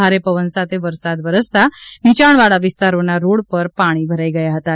ભારે પવન સાથે વરસાદ વરસતાં નીચાણવાળા વિસ્તારોના રોડ પર પાણી ભરાઈ ગયા હતાં